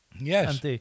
Yes